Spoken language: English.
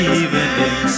evening